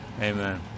Amen